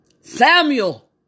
Samuel